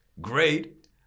great